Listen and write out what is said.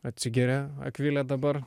atsigeria akvilė dabar